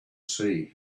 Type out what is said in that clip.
sea